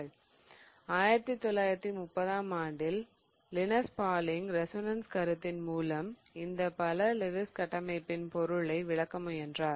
1930 ஆம் ஆண்டில் Linus Pauling resonance கருத்தின் மூலம் இந்த பல லெவிஸ் கட்டமைப்பின் பொருளை விளக்க முயன்றார்